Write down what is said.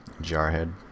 Jarhead